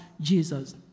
Jesus